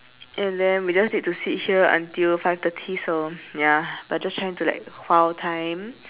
and then we just need to sit here until five thirty so ya but I'm just trying to like file time